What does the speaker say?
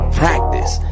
practice